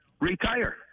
retire